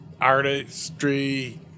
artistry